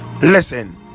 Listen